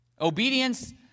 Obedience